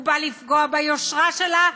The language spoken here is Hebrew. הוא נועד לפגוע ביושרה שלה,